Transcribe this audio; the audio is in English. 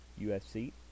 UFC